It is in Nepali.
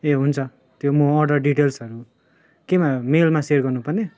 ए हुन्छ त्यो म अर्डर डिटेल्सहरू केमा मेलमा सेयर गर्नुपर्ने